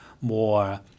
more